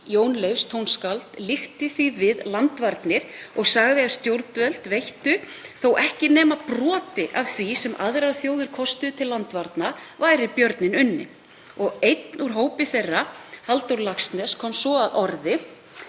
Jón Leifs tónskáld, líkti því við landvarnir og sagði að ef stjórnvöld veittu þótt ekki væri nema broti af því sem aðrar þjóðir kostuðu til landvarna væri björninn unninn. Og einn úr hópi þeirra, Halldór Laxness, komst svo að orði: